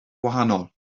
wahanol